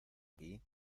aquí